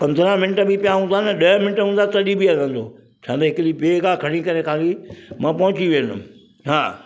पंद्रहां मिंट बि पिया हूंदा न ॾह मिंट हूंदा तॾहिं बि हलंदो छा त हिकिड़ी ॿिए खां खणी करे काई मां पहुची वेंदमि हा